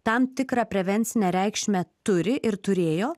tam tikrą prevencinę reikšmę turi ir turėjo